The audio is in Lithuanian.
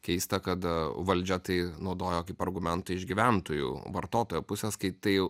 keista kad valdžia tai naudojo kaip argumentą iš gyventojų vartotojo pusės kai tai